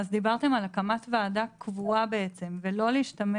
אז דיברתן על הקמת ועדה קבועה ולא להשתמש